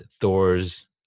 Thor's